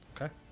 Okay